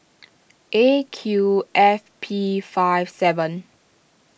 A Q F P five seven